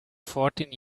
fourteen